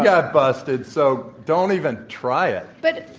got busted. so, don't even try it. but